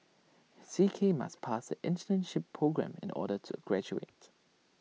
C K must pass the internship programme in order to graduate